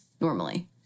normally